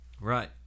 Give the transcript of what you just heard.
Right